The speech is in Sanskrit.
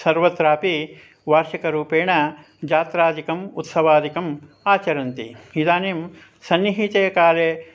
सर्वत्रापि वार्षिकरूपेण जात्रादिकम् उत्सवादिकम् आचरन्ति इदानीं सन्निहिते काले